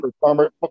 Farmer